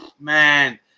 man